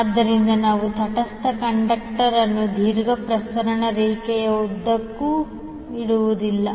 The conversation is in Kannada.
ಆದ್ದರಿಂದ ನಾವು ತಟಸ್ಥ ಕಂಡಕ್ಟರ್ ಅನ್ನು ದೀರ್ಘ ಪ್ರಸರಣ ರೇಖೆಯ ಉದ್ದಕ್ಕೂ ಇಡುವುದಿಲ್ಲ